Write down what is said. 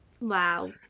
Wow